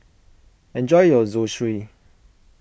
enjoy your Zosui